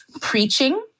preaching